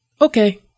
Okay